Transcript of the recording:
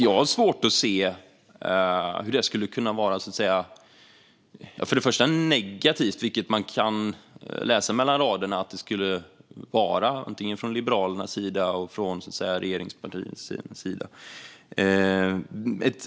Jag har svårt att se hur det till att börja med skulle kunna vara negativt, vilket man kan läsa mellan raderna att det enligt antingen Liberalerna eller regeringspartiet skulle vara.